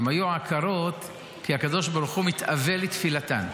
הן היו עקרות כי הקדוש ברוך הוא מתאווה לתפילתן.